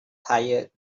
tired